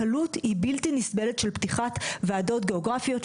הקלות היא בלתי נסבלת של פתיחת ועדות גיאוגרפיות,